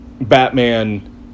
Batman